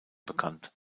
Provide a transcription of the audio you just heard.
bekannt